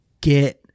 get